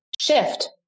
shift